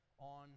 on